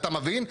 אתה מבין?